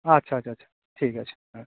আচ্ছা আচ্ছা আচ্ছা ঠিক আছে হ্যাঁ